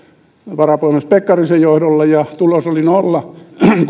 varapuhemies pekkarisen johdolla ja tulos oli nolla kun